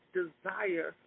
desire